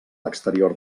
exterior